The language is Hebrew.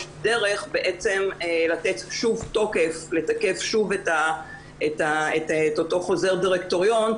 דרך לתקף שוב את אותו חוזר דירקטוריון,